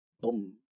Boom